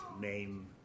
name